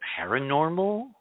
paranormal